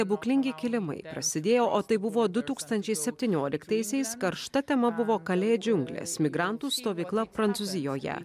stebuklingi kilimai prasidėjo o tai buvo du tūkstančiai septynioliktaisiais karšta tema buvo kalė džiunglės migrantų stovykla prancūzijoje